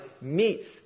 meets